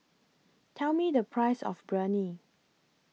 Tell Me The Price of Biryani